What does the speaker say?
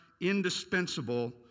indispensable